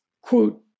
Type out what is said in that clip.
Quote